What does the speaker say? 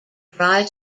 dry